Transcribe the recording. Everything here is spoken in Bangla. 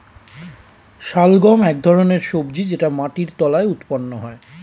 শালগম এক ধরনের সবজি যেটা মাটির তলায় উৎপন্ন হয়